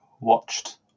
watched